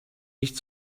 nicht